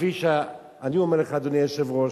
כפי שאני אומר לך, אדוני היושב-ראש,